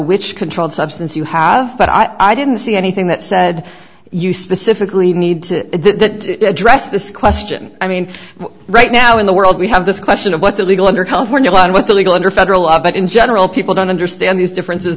which controlled substance you have but i didn't see anything that said you specifically need to address this question i mean right now in the world we have this question of what's illegal under california law and what the legal under federal law but in general people don't understand these differences